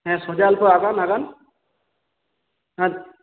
হ্যাঁ সোজা অল্প আগান আগান হ্যাঁ